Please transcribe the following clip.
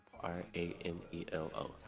r-a-m-e-l-o